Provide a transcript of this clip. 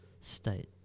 state